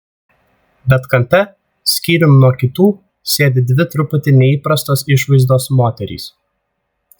bet kampe skyrium nuo kitų sėdi dvi truputį neįprastos išvaizdos moterys